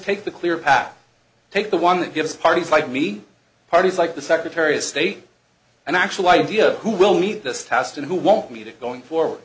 take the clear path take the one that gives parties like me parties like the secretary of state an actual idea who will meet this test and who won't meet it going forward